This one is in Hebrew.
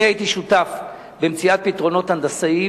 אני הייתי שותף במציאת פתרונות הנדסיים